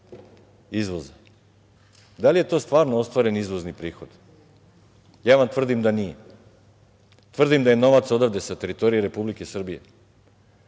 izvoza? Da li je to stvarno ostvareni izvozni prihod? Ja vam tvrdim da nije. Tvrdim da je novac odavde, sa teritorije Republike Srbije.